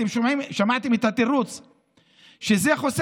אתם שומעים?